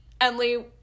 Emily